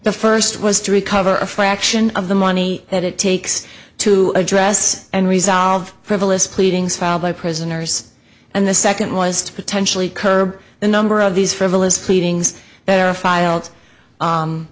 the first was to recover a fraction of the money that it takes to address and resolve frivolous pleadings filed by prisoners and the second was to potentially curb the number of these frivolous pleadings there are filed